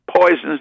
poisons